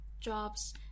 jobs